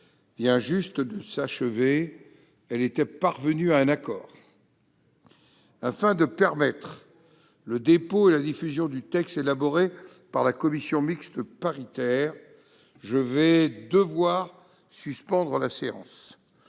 vient juste de s'achever, est parvenue à un accord. Afin de permettre le dépôt et la diffusion du texte élaboré par la commission mixte paritaire, je vais toutefois devoir suspendre la séance.